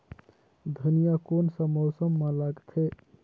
धनिया कोन सा मौसम मां लगथे?